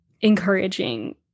encouraging